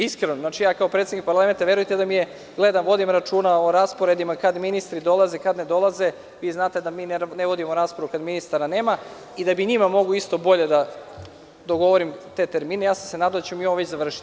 Iskreno, kao predsednik parlamenta verujte mi da vodim računa o rasporedima kad ministri dolaze, kad ne dolaze, vi znate da ne vodimo raspravu kada ministara nema i da bi njima mogao isto bolje dogovorim te termine, nadao sam se da ćemo mi ovo završiti.